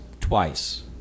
twice